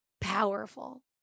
powerful